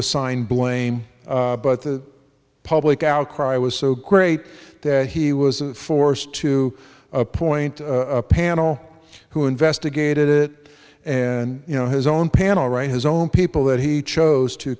assign blame but the public outcry was so great that he was forced to appoint a panel who investigated it and you know his own panel right his own people that he chose to